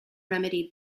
remedy